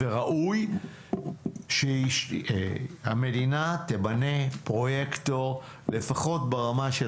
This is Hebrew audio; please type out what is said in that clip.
וראוי שהמדינה תמנה פרויקטור לפחות ברמה של